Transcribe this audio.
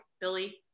Billy